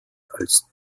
als